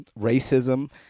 racism